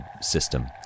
system